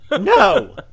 No